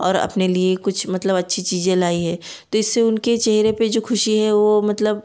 और अपने लिए कुछ मतलब अच्छी चीज़ें लाए हैं तो इससे उनके चेहरे पर जो खुशी है वह मतलब